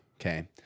Okay